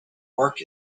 work